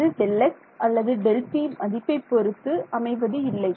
அது Δx அல்லது Δt மதிப்பை பொறுத்து அமைவது இல்லை